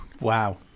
Wow